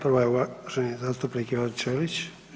Prva je uvaženi zastupnik Ivan Ćelić.